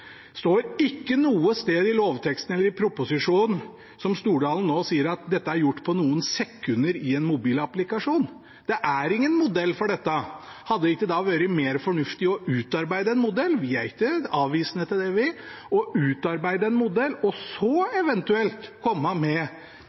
står ikke noe sted i lovteksten eller i proposisjonen, som Stordalen nå sier, at dette er gjort på noen sekunder i en mobilapplikasjon. Det er ingen modell for dette. Hadde det ikke da vært mer fornuftig å utarbeide en modell? Vi er ikke avvisende til det å utarbeide en modell, og så eventuelt komme med